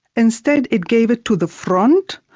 instead it gave it to the front,